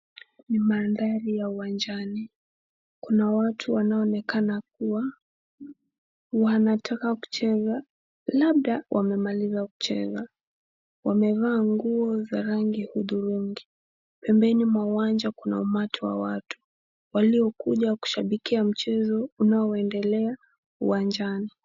Ni mandhari ya uwanjani. Kuna watu wanaoonekana kuwa wanataka kucheza, au labda wamemaliza kucheza. Wamevaa nguo za rangi hudhurungi. Pembeni mwa uwanja kuna umati wa watu waliokuja kushabikia mchezo unaoendelea uwanjani.